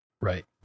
Right